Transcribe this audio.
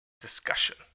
discussion